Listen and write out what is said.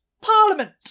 parliament